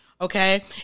Okay